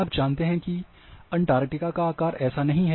आप जानते हैं कि अंटार्कटिका का आकार ऐसा नहीं है